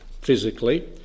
physically